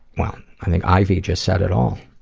wow, i think ivy just said it all.